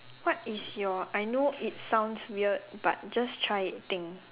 what is your I know it sounds weird but just try think